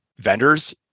vendors